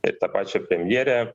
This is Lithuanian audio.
ir tą pačia premjerę